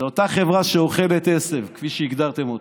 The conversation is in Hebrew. זו אותה חברה שאוכלת עשב, כפי שהגדרתם אותה.